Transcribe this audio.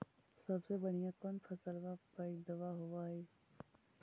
सबसे बढ़िया कौन फसलबा पइदबा होब हो?